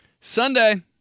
Sunday